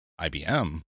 ibm